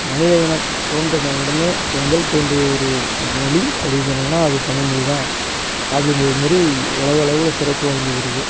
மனித இனம் தோன்றின உடனே முதல் தோன்றிய ஒரு மொழி அப்படின்னு சொன்னோம்னா அது தமிழ்மொழி தான் அப்படிங்கிற மாரி உலக அளவில் சிறப்பு வாய்ந்துருக்குது